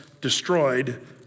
destroyed